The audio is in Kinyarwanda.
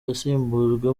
yasimbujwe